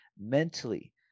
mentally